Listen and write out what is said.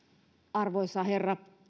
arvoisa herra